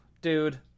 Dude